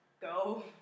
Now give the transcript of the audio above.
go